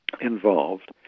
involved